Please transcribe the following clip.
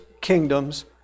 kingdoms